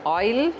oil